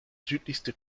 südlichste